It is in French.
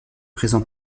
présent